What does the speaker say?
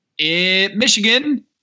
Michigan